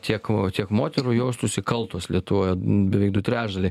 tiek kiek moterų jaustųsi kaltos lietuvoje beveik du trečdaliai